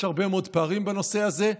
יש הרבה מאוד פערים בנושא הזה.